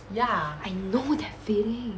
I know that feeling